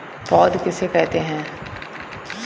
पौध किसे कहते हैं?